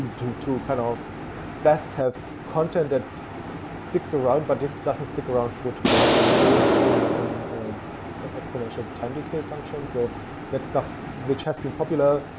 to kind of best have content that sticks around, but it doesn't stick around for too long. it's really just using like an exponential time decay function. so that stuff which has been popular,